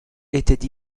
étaient